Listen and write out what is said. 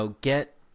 get –